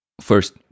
First